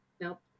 nope